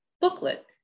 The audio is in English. booklet